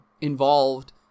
involved